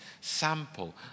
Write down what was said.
sample